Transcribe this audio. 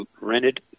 rented